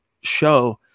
show